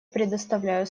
предоставляю